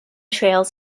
trails